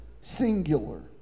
singular